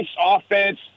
offense